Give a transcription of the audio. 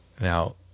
Now